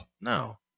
No